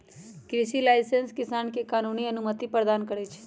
कृषि लाइसेंस किसान के कानूनी अनुमति प्रदान करै छै